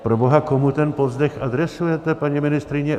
Proboha, komu ten povzdech adresujete, paní ministryně?